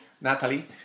Natalie